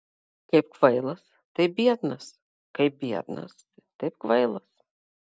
kaip kvailas taip biednas kaip biednas taip kvailas